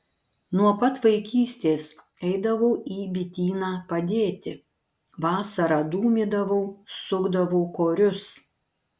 nuo pat vaikystės eidavau į bityną padėti vasarą dūmydavau sukdavau korius